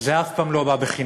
זה אף פעם לא בא בחינם.